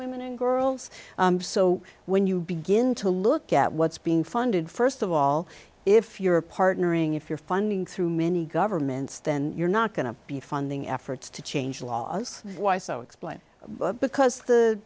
women and girls so when you begin to look at what's being funded st of all if you're partnering if you're funding through many governments then you're not going to be funding efforts to change laws why so explain because the